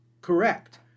correct